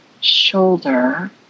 shoulder